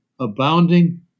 abounding